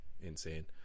insane